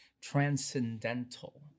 transcendental